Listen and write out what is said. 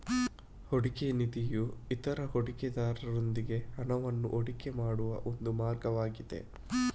ಹೂಡಿಕೆಯ ನಿಧಿಯು ಇತರ ಹೂಡಿಕೆದಾರರೊಂದಿಗೆ ಹಣವನ್ನು ಹೂಡಿಕೆ ಮಾಡುವ ಒಂದು ಮಾರ್ಗವಾಗಿದೆ